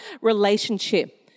relationship